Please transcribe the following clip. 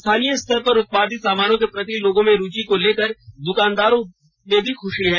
स्थानीय स्तर पर उत्पादित सामानों के प्रति लोगों में रुचि को लेकर दुकानदारों में भी खुश हैं